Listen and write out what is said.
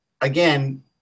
Again